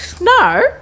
No